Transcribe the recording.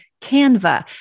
Canva